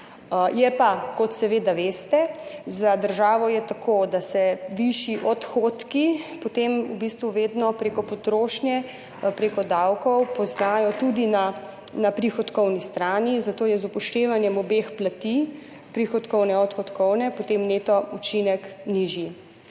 je pa, kot seveda veste, za državo je tako, da se višji odhodki potem v bistvu vedno prek potrošnje, prek davkov poznajo tudi na prihodkovni strani, zato je z upoštevanjem obeh plati, prihodkovne in odhodkovne, potem neto učinek nižji.